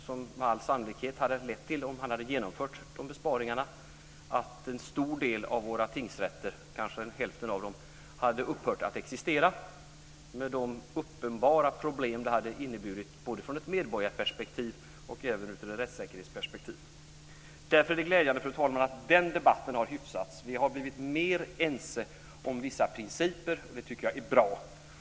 Med all sannolikhet hade det lett till, om de besparingarna hade genomförts, att en stor del av våra tingsrätter - kanske hälften av dem - hade upphört att existera, med de uppenbara problem det hade inneburit både från ett medborgarperspektiv och från ett rättssäkerhetsperspektiv. Därför är det glädjande, fru talman, att den debatten har hyfsats. Vi har blivit mer ense om vissa principer. Det tycker jag är bra.